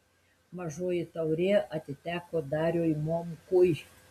mažoji taurė atiteko dariui momkui